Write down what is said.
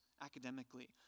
academically